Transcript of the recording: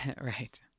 Right